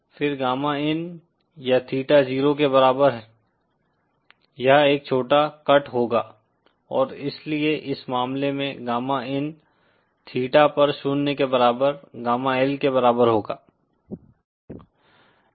फिर गामा इन या थीटा जीरो के बराबर यह एक छोटा कट होगा और इसलिए इस मामले में गामा इन थीटा पर शून्य के बराबर गामा L के बराबर होगा